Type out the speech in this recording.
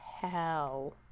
hell